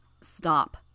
Stop